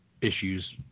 issues